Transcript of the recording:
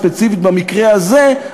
ספציפית במקרה הזה,